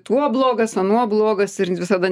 tuo blogas anuo blogas ir visada